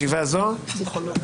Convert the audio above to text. ישיבה זו נעולה.